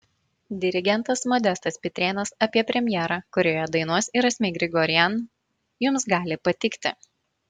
dirigentas modestas pitrėnas apie premjerą kurioje dainuos ir asmik grigorian jums gali patikti